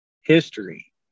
history